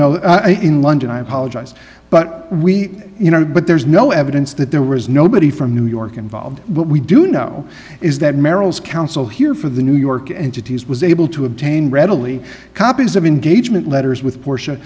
that in london i apologize but we you know but there's no evidence that there was nobody from new york involved but we do know is that merrill's counsel here for the new york entity is was able to obtain readily copies of engagement letters with por